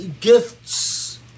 gifts